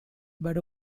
but